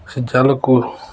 ସେ ଜାଲକୁ